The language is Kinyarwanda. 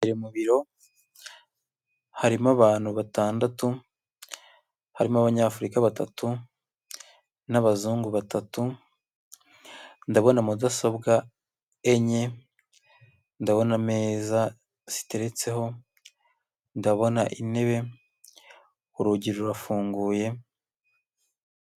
Mu biro harimo abantu batandatu, harimo abanyafurika batatu n'abazungu batatu, ndabona mudasobwa enye, ndabona ameza ziteretseho, ndabona intebe, urugi rurafunguye.